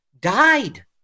died